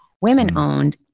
women-owned